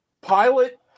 Pilot